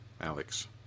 Alex